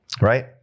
right